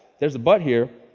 there's a but here.